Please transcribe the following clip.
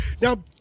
now